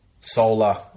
solar